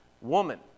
woman